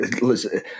Listen